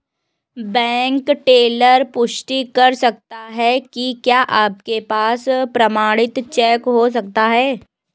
Bank teller पुष्टि कर सकता है कि क्या आपके पास प्रमाणित चेक हो सकता है?